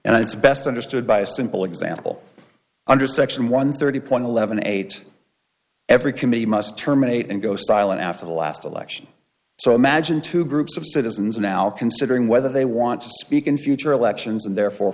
and it's best understood by a simple example under section one thirty point eleven eight every committee must terminate and go silent after the last election so imagine two groups of citizens are now considering whether they want to speak in future elections and therefore